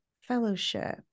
fellowship